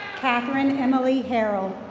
catherine emily harrell.